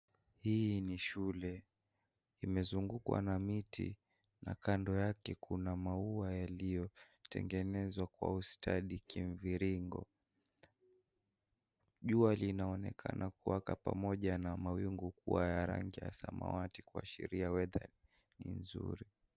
Hii ni shule. Imezungukwa na miti na kando yake kuna maua yaliyotengenezwa kwa ustadi kimviringo. Jua linaonekana kuwaka pamoja na mawingu kuwa ya rangi ya samawati kuashiria weather ni vizuri.